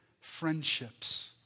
friendships